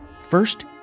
First